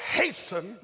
hasten